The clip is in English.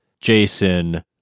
Jason